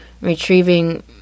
retrieving